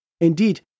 Indeed